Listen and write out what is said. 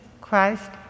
Christ